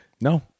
No